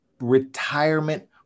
retirement